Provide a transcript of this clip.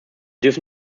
dürfen